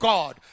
God